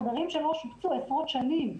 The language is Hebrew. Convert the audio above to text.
חדרים שלא שופצו עשרות שנים,